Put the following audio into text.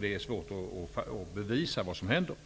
Det är svårt att bevisa vad som händer.